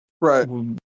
right